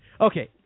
Okay